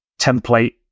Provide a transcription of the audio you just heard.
template